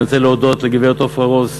ואני רוצה להודות לגברת עפרה רוס,